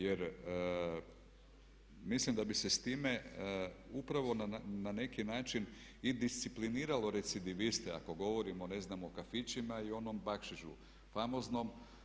Jer mislim da bi se s time upravo na neki način i discipliniralo recidiviste ako govorimo o ne znam o kafićima i onom bakšišu famoznom.